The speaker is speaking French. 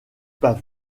pas